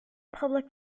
public